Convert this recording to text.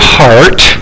heart